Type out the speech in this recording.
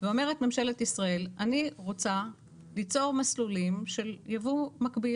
ואומרת ממשלת ישראל 'אני רוצה ליצור מסלולים של יבוא מקביל.'